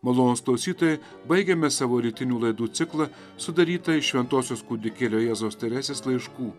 malonūs klausytojai baigiame savo rytinių laidų ciklą sudarytą iš šventosios kūdikėlio jėzaus teresės laiškų